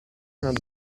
not